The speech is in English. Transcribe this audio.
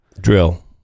drill